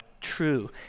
true